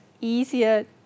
easier